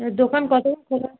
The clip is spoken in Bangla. আর দোকান কতোক্ষণ খোলা